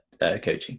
coaching